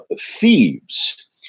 thieves